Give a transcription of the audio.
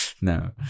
no